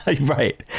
right